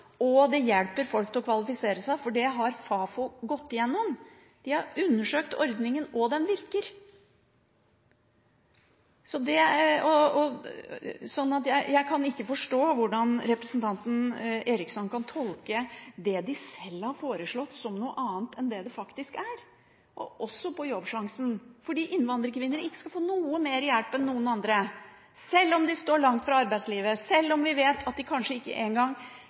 og det hjelper folk til å kvalifisere seg, for det har Fafo gått igjennom – de har undersøkte ordningen, og den virker! Så jeg kan ikke forstå hvordan representanten Eriksson kan tolke det de sjøl har foreslått som noe annet enn det det faktisk er, også på Jobbsjansen, fordi innvandrerkvinner ikke skal få noe mer hjelp enn noen andre – sjøl om de står langt fra arbeidslivet, sjøl om vi vet at de kanskje ikke engang